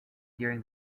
during